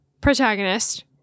protagonist